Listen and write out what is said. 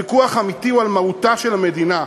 הוויכוח האמיתי הוא על מהותה של המדינה,